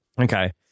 okay